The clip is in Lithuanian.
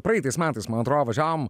praeitais metais man atrodo važiavom